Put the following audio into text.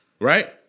right